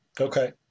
Okay